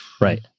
Right